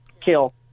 kill